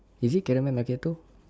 is it caramel macchiato